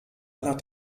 aller